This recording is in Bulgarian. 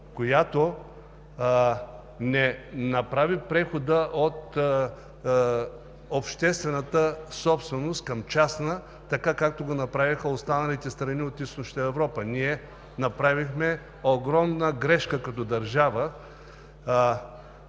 която не направи прехода от обществената собственост към частна, така както го направиха останалите страни от Източна Европа. Като държава ние направихме огромна грешка, започвайки